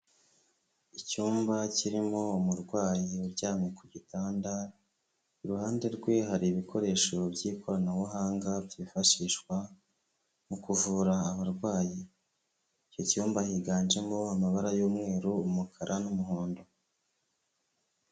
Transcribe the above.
Icyumba kirimo umurwayi uryamye ku gitanda, iruhande rwe hari ibikoresho by'ikoranabuhanga byifashishwa mu kuvura abarwayi. Icyo cyumba higanjemo amabara y'umweru, umukara n'umuhondo.